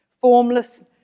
formless